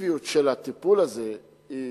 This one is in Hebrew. האפקטיביות של הטיפול הזה היא